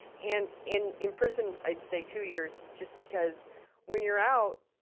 and in in prison, i'd say two years, just because when you're out,